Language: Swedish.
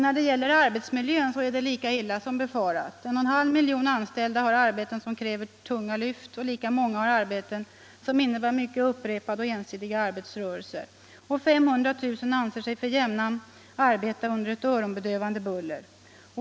När det gäller arbetsmiljö visar undersökningen att den är lika illa som befarats. 1,5 miljoner anställda har arbeten som kräver tunga lyft, och lika många har arbeten som innebär upprepade och ensidiga arbetsrörelser. Vidare anser sig 500 000 anställda för jämnan arbeta under öronbedövande buller.